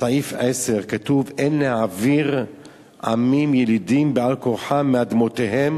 בסעיף 10 כתוב: אין להעביר עמים ילידים בכפייה על-כורחם מאדמותיהם